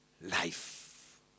life